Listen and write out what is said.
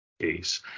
case